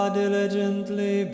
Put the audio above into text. diligently